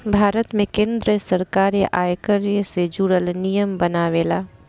भारत में केंद्र सरकार आयकर से जुरल नियम बनावेला